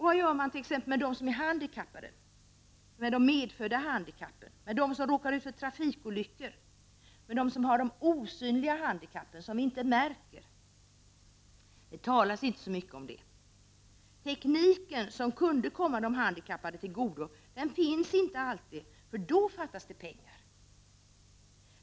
Vad gör man t.ex. med dem som är handikappade — dem som har medfödda handikapp, dem som råkat ut för trafikolyckor och dem som har de osynliga handikappen, som inte märks? Det talas inte så mycket om det. Tekniken som kunde komma de handikappade till godo finns inte alltid, för då fattas det pengar!